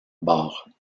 barres